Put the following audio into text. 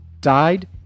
died